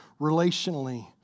relationally